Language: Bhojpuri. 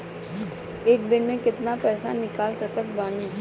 एक बेर मे केतना पैसा निकाल सकत बानी?